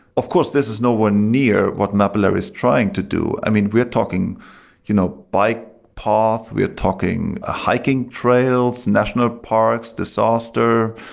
of course, this is nowhere near what mapillary is trying to do. i mean, we're talking you know bike path, we're talking ah hiking trails, national parks, disaster,